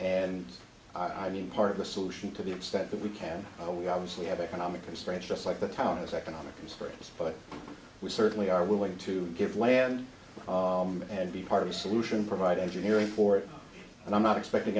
and i mean part of the solution to the extent that we can we obviously have economic constraints just like the town is economic risk areas but we certainly are willing to give land and be part of a solution provide engineering for it and i'm not expecting